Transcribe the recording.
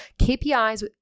KPIs